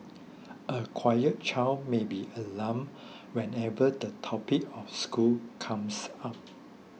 a quiet child may be alarmed whenever the topic of school comes up